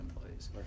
employees